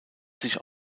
sich